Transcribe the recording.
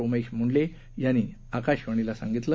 उमेश मुंडल्ये यांनी आकाशवाणीला सांगितलं